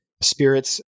spirits